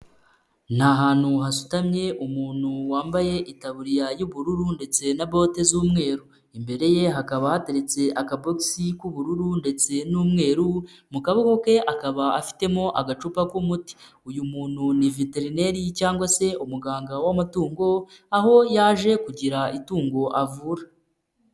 Ni ahantu hasutamye umuntu wambaye itaburiya y'ubururu ndetse na bote z'umweru, imbere ye hakaba hateretse akabogisi k'ubururu ndetse n'umweru mu kaboko ke akaba afitemo agacupa k'umuti, uyu muntu ni veterineri cyangwa se umuganga w'amatungo aho yaje kugira itungo avura.